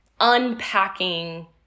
unpacking